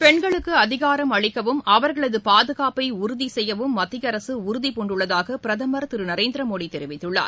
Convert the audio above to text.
பெண்களுக்கு அதிகாரம் அளிக்கவும் அவர்களது பாதுகாப்பை உறுதி செய்யவும் மத்திய அரசு உறுதி பூண்டுள்ளதாக பிரதமர் திரு நரேந்திர மோடி தெரிவித்துள்ளார்